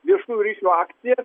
viešųjų ryšių akcija